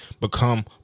become